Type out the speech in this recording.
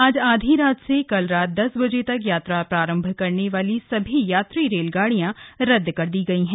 आज आधी रात से कल रात दस बजे तक यात्रा प्रारंभ करने वाली सभी यात्री रेलगाड़ियां रद्द कर दी गईं हैं